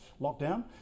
lockdown